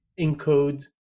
encode